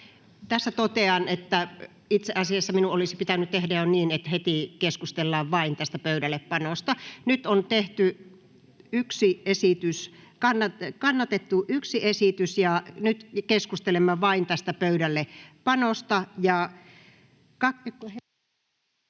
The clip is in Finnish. Tässä totean, että itse asiassa minun olisi pitänyt jo heti tehdä niin, että keskustellaan vain tästä pöydällepanosta. Nyt on tehty yksi kannatettu esitys, ja nyt keskustelemme vain pöydällepanosta.